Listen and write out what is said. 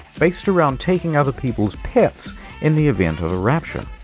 based around taking other people's pets in the event of a rapture,